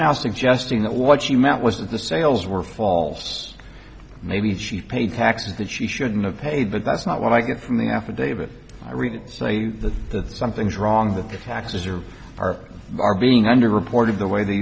now suggesting that what she meant was the sales were false maybe she paid taxes that she shouldn't have paid but that's not what i get from the affidavit i read it say that something's wrong that the taxes are are are being under reported the way they